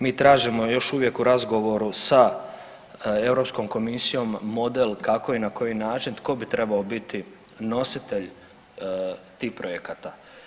Mi tražimo još uvijek u razgovoru sa Europskom komisijom model kako i na koji način, tko bi trebao biti nositelj tih projekata.